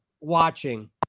watching